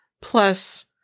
plus